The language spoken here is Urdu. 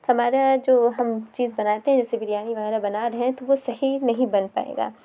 ہمارا جو ہم چیز بناتے ہیں جیسے بریانی وغیرہ بنا رہے ہیں تو وہ صحیح نہیں بن پائے گا